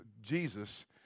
Jesus